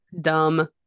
Dumb